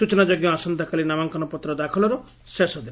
ସ୍ଚନାଯୋଗ୍ୟ ଆସନ୍ତାକାଲି ନାମାଙ୍କନପତ୍ର ଦାଖଲର ଶେଷଦିନ